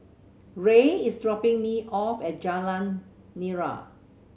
Ray is dropping me off at Jalan Nira